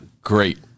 great